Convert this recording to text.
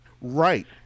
Right